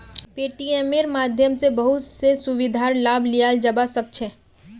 पेटीएमेर माध्यम स बहुत स सुविधार लाभ लियाल जाबा सख छ